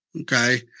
Okay